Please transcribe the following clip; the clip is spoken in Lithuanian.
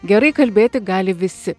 gerai kalbėti gali visi